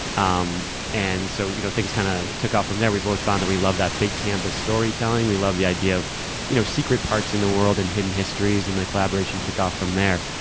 um and so you know things kind of took off from there. we both found that we love that big, canvas storytelling. we love the idea of you know secret parts in the world, and hidden histories, and the collaboration took off from there.